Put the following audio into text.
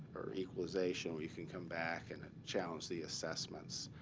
or equalization, where you can come back and challenge the assessments,